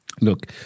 look